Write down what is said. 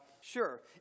Sure